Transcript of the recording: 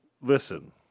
Listen